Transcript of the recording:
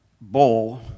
bowl